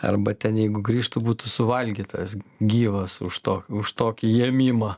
arba ten jeigu grįžtų būtų suvalgytas gyvas už to už tokį ėmimą